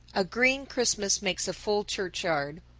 a green christmas makes a full churchyard,